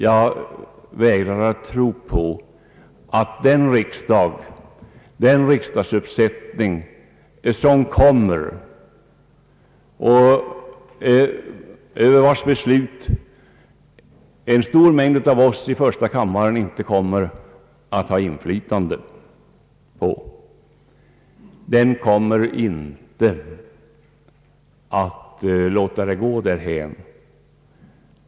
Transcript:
Jag vägrar att tro att de riksdagsmän som kommer och vilkas beslut de flesta av oss här i första kammaren inte kommer att ha del i, låter det gå därhän.